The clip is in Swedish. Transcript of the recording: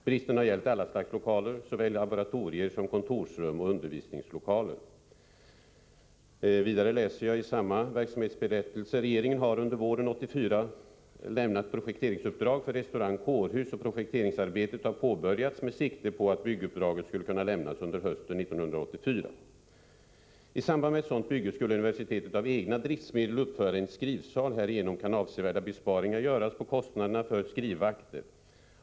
Bristen har gällt alla slags lokaler, såväl laboratorier som kontorsrum och undervisningslokaler.” Vidare läser jag i samma verksamhetsberättelse: ”Regeringen har under året lämnat projekteringsuppdrag för restaurang-kårhus och projekteringsarbetet har påbörjats med sikte på att bygguppdraget skall kunna lämnas under hösten 1984 —---.” I samband med ett sådant bygge skulle universitetet av egna driftsmedel uppföra en skrivsal. Härigenom kan avsevärda besparingar göras på kostnaderna för skrivvakter.